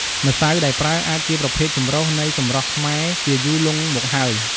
ម្សៅដែលប្រើអាចជាប្រភេទចម្រុះនៃសម្រស់ខ្មែរជាយូរលុងមកហើយ។